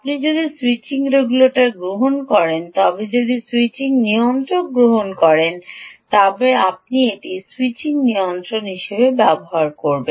আপনি যদি switching regulator গ্রহণ করেন তবে আপনি যদি স্যুইচিং নিয়ন্ত্রক গ্রহণ করেন তবে আপনি এটি স্যুইচিং নিয়ন্ত্রক হিসাবে বিবেচনা করুন